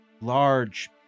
large